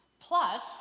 Plus